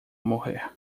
morrer